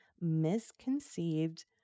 misconceived